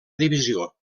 divisió